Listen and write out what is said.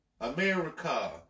America